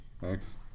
thanks